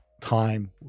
time